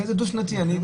דו-שנתית.